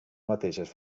mateixes